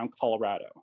colorado